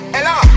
Hello